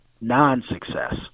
non-success